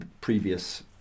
previous